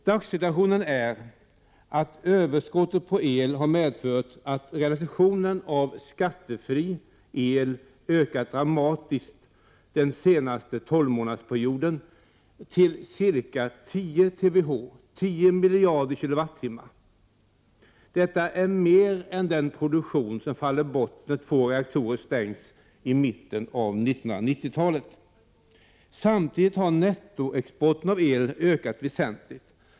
Dagssituationen är den att ”överskottet” på el har medfört att realisationen av skattefri el ökat dramatiskt den senaste tolvmånadersperioden till ca 10 TWh — 10 miljarder kWh. Detta är mer än den produktion som faller bort när två reaktorer stängs i mitten på 1990-talet. Samtidigt har nettoexporten av el ökat väsentligt.